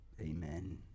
Amen